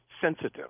sensitive